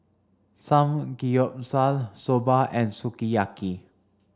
Samgeyopsal Soba and Sukiyaki